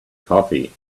coffee